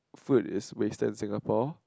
food is wasted in Singapore